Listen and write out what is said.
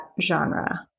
genre